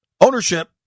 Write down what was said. ownership